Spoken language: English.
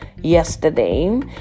Yesterday